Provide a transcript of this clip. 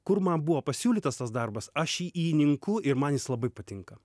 kur man buvo pasiūlytas tas darbas aš jį įninku ir man jis labai patinka